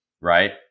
Right